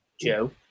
Joe